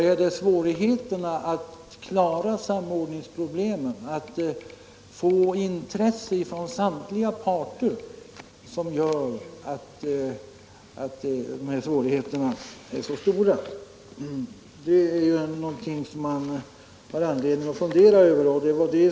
Är det svårigheterna att klara samordningen, att få intresse från samtliga parter, som gör att problemen är så stora? Det är någonting som man har anledning att fundera över.